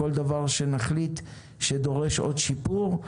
כל דבר שנחליט שדורש עוד שיפור.